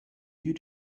you